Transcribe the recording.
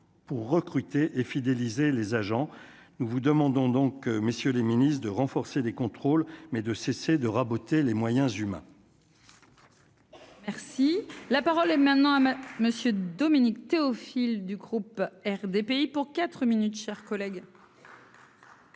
Merci, la parole est maintenant à ma Monsieur Dominique Théophile du groupe RDPI pour 4 minutes chers collègues.